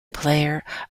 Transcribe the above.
player